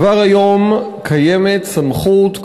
כבר היום קיימת סמכות,